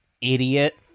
idiot